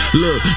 look